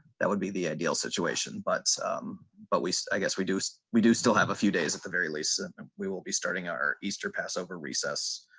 that would be the ideal situation but but least i guess reduce we do still have a few days at the very least and and we will be starting our easter passover recess.